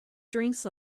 drinks